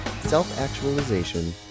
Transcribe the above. self-actualization